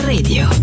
Radio